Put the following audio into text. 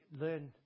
Learn